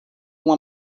uma